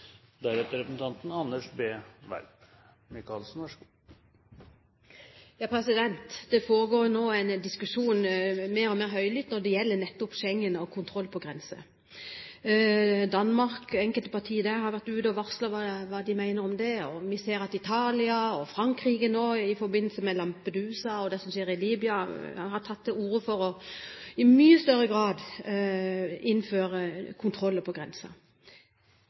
gjelder nettopp Schengen og kontroll på grensen. Enkelte partier i Danmark har vært ute og varslet hva de mener om det, og vi ser at Italia og Frankrike nå i forbindelse med Lampedusa og det som skjer i Libya, har tatt til orde for i mye større grad å innføre kontroller på